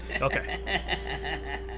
Okay